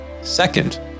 Second